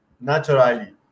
naturally